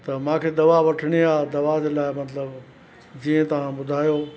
त मूंखे दवा वठणी आहे दवा जे लाइ मतिलब जीअं तव्हां ॿुधायो